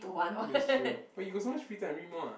that's true but you got so much free time read more ah